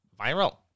Viral